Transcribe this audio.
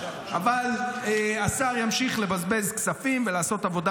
אבל השר ימשיך לבזבז כספים ולעשות עבודה